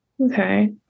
Okay